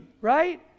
right